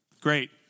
Great